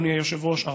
אדוני היושב-ראש,